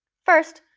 first,